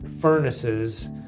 furnaces